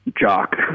jock